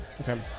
Okay